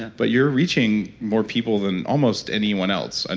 but you're reaching more people than almost anyone else. and